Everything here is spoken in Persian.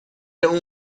اون